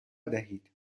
دهید